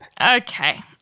Okay